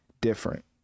different